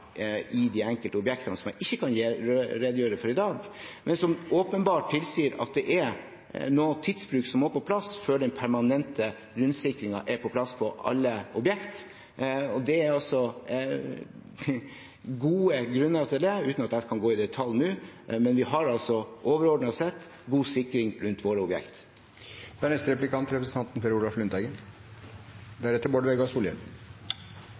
i de enkelte objektene som jeg ikke kan redegjøre for i dag, men som åpenbart tilsier at det er noe tidsbruk som må på plass før den permanente grunnsikringen er på plass på alle objekt. Det er gode grunner til det, uten at jeg kan gå i detalj nå. Men vi har overordnet sett god sikring rundt våre objekt. I Riksrevisjonens rapport heter det: «Etter Riksrevisjonens mening er